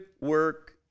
work